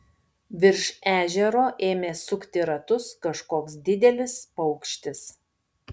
virš ežero ėmė sukti ratus kažkoks didelis paukštis